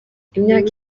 imyaka